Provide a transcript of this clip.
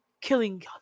killing